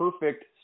perfect